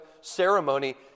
ceremony